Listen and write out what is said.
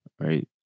Right